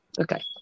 Okay